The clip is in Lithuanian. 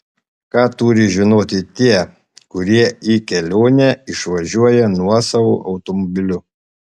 ką turi žinoti tie kurie į kelionę išvažiuoja nuosavu automobiliu